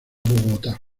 bogotá